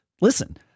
listen